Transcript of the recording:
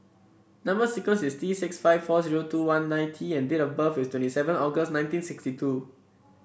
number sequence is T six five four zero two one nine T and date of birth is twenty seven August nineteen sixty two